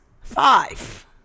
Five